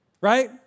Right